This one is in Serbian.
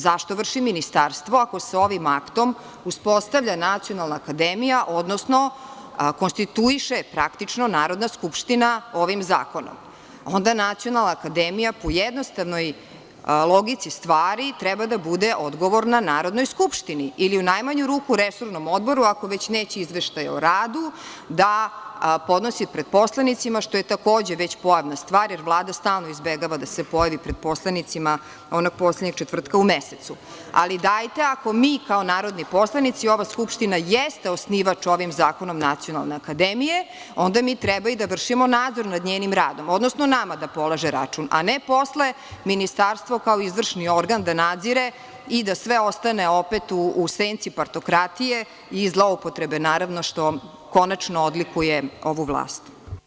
Zašto vrši ministarstvo, ako se ovim aktom uspostavlja Nacionalan akademija, odnosno konstituiše Narodna skupština ovim zakonom, onda Nacionalna akademija, po jednostavnoj logici stvari treba da bude odgovorna Narodnoj skupštini, ili u najmanju ruku Resornom odboru, ako već neće Izveštaj o radu, da podnosi pred poslanicima, što je, takođe, već pojavna stvar, jer Vlada stalno izbegava da se pojavi pred poslanicima onog poslednjeg četvrtka u mesecu, ali ako mi kao narodni poslanici, ova Skupština i jeste osnivač ovim zakonom Nacionalne akademije, onda mi treba da vršimo nadzor nad njenim radom, odnosno nama da polaže račun, a ne posle, ministarstvo kao izvršni organ da nadzire i da sve ostane opet u senci partokratije i zloupotrebe, naravno što, konačno odlikuje ovu vlast.